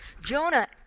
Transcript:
Jonah